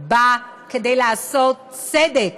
בא לעשות צדק